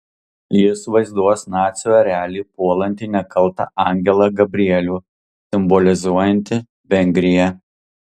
jis vaizduos nacių erelį puolantį nekaltą angelą gabrielių simbolizuojantį vengriją